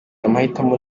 amahitamo